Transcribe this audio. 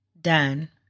done